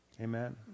Amen